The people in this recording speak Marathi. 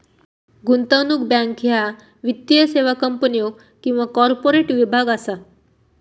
गुंतवणूक बँक ह्या वित्तीय सेवा कंपन्यो किंवा कॉर्पोरेट विभाग असा